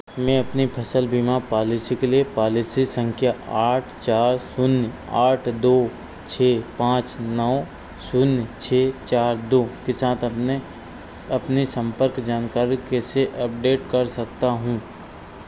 मैं अपनी फ़सल बीमा पॉलिसी के लिए पॉलिसी संख्या आठ चार शून्य आठ दो छः पाँच नौ शून्य छः चार दो के साथ अपने अपने संपर्क जानकारी कैसे अपडेट कर सकता हूँ